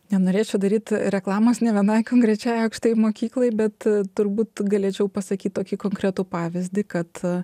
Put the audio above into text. nenorėčiau daryt reklamos ne vienai konkrečiai aukštajai mokyklai bet turbūt galėčiau pasakyti tokį konkretų pavyzdį kad